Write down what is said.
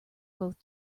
both